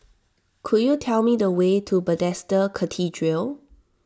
could you tell me the way to Bethesda Cathedral